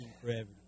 forever